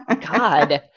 God